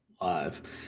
live